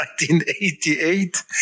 1988